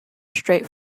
straight